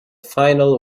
final